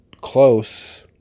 close